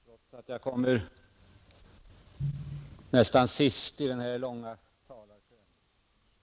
Fru talman! Trots att jag kommer nästan sist i den långa talarkön har jag kanske några synpunkter att framföra, som inte tidigare kommit fram i debatten.